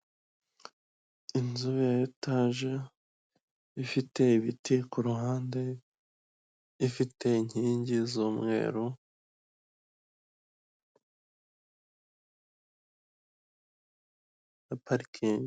Inzu ya etaje ifite ibiti ku ruhande, ifite inkingi z'umweru na parikingi.